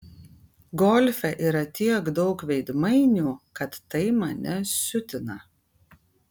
golfe yra tiek daug veidmainių kad tai mane siutina